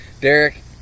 Derek